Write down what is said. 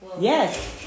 Yes